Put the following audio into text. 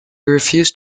refused